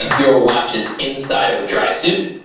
ah your watch is inside of a dry suit.